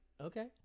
Okay